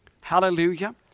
Hallelujah